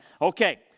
Okay